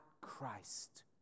Christ